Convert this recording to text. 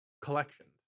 collections